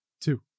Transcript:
two